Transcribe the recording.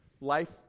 life